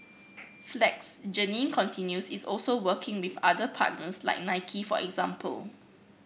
flex Jeannine continues is also working with other partners like Nike for example